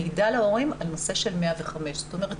מידע להורים על נושא של 105. זאת אומרת,